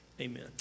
Amen